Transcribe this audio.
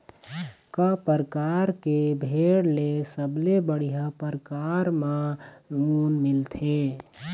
का परकार के भेड़ ले सबले बढ़िया परकार म ऊन मिलथे?